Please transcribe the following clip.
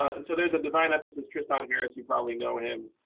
and so there's a design emphasis. tristan harris, you probably know him,